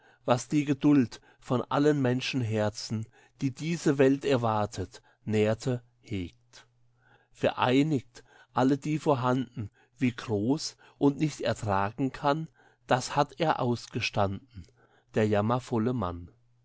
was die geduld von allen menschenherzen die diese welt erwatet nährte hegt vereinigt alle die vorhanden wie groß und nicht ertragen kann das hat er ausgestanden der jammervolle mann